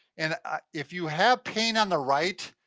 and if you have pain on the right,